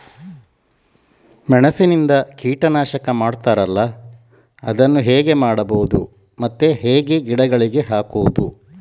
ಮೆಣಸಿನಿಂದ ಕೀಟನಾಶಕ ಮಾಡ್ತಾರಲ್ಲ, ಅದನ್ನು ಹೇಗೆ ಮಾಡಬಹುದು ಮತ್ತೆ ಹೇಗೆ ಗಿಡಗಳಿಗೆ ಹಾಕುವುದು?